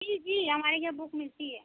जी जी हमारे यहाँ बुक मिलती है